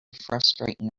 frustrating